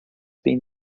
been